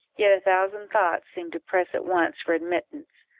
yet a thousand thoughts seemed to press at once for admittance,